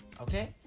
Okay